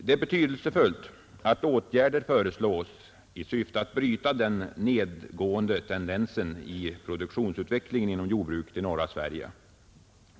Det är betydelsefullt att åtgärder föreslås i syfte att bryta den nedåtgående tendensen i produktionsutvecklingen inom jordbruket i norra Sverige.